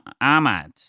Ahmad